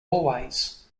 always